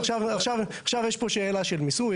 עכשיו יש פה שאלה של מיסוי.